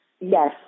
yes